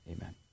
amen